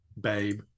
babe